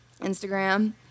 Instagram